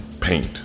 paint